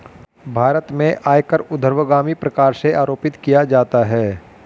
भारत में आयकर ऊर्ध्वगामी प्रकार से आरोपित किया जाता है